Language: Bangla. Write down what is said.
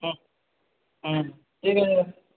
হুম হুম ঠিক আছে